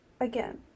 Again